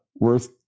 worth